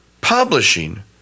publishing